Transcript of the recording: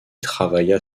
travailla